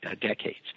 decades